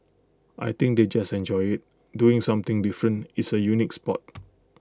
I think they just enjoy IT doing something different it's A unique Sport